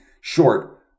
short